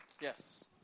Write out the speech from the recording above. Yes